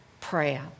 Prayer